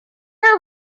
are